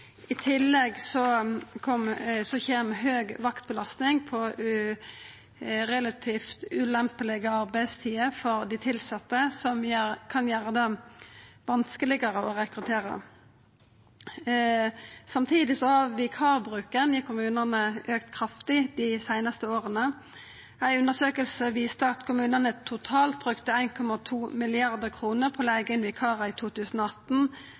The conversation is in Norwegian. I tillegg kjem høg vaktbelasting på relativt ulempelege arbeidstider for dei tilsette, som kan gjera det vanskelegare å rekruttera. Samtidig har vikarbruken i kommunane auka kraftig dei seinaste åra. Ei undersøking viste at kommunane totalt brukte 1,2 mrd. kr på å leiga inn vikarar i 2018.